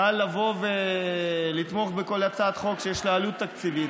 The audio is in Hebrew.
קל לתמוך בכל הצעת חוק שיש לה עלות תקציבית,